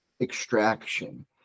extraction